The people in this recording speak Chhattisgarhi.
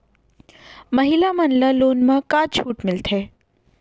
महिला मन ला लोन मा का छूट मिलथे?